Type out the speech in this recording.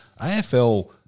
AFL